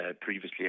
previously